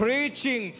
Preaching